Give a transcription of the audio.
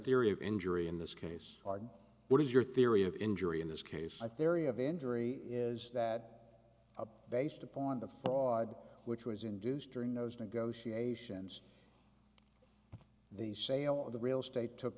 theory of injury in this case are what is your theory of injury in this case a theory of injury is that based upon the fraud which was induced during those negotiations the sale of the real estate took